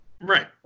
right